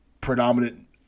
predominant